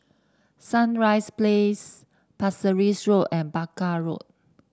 Sunrise Place Pasir Ris Road and Barker Road